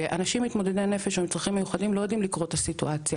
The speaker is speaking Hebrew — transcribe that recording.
ואנשים מתמודדי נפש או עם צרכים מיוחדים לא יודעים לקרוא את הסיטואציה,